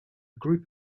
group